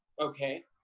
okay